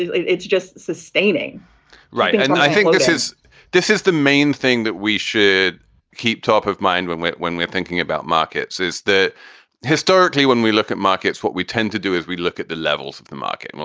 it's just sustaining right. and i think this is this is the main thing that we should keep top of mind when we're when we're thinking about markets is that historically, when we look at markets, what we tend to do is we look at the levels of the market.